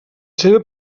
seva